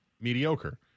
mediocre